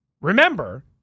Remember